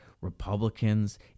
Republicans